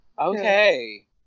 okay